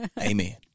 Amen